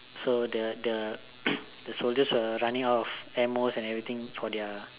so the the the soldiers were running out of air moss and everything for their